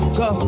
go